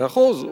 מאה אחוז.